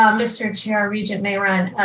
um mr. chair, regent mayeron,